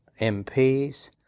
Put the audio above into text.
MPs